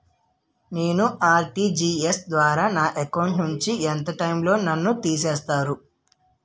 నేను ఆ.ర్టి.జి.ఎస్ ద్వారా నా అకౌంట్ నుంచి ఎంత టైం లో నన్ను తిసేస్తారు?